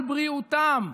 על בריאותם.